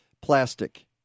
plastic